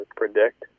predict